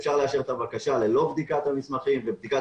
אפשר לאשר את הבקשה ללא בדיקת המסמכים ובדיקת